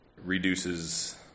reduces